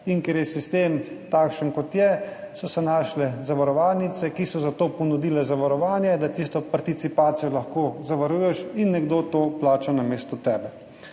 In ker je sistem takšen, kot je, so se našle zavarovalnice, ki so za to ponudile zavarovanje, da tisto participacijo lahko zavaruješ in nekdo to plača namesto tebe.